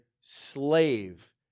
slave